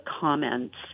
comments